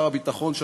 שר הביטחון,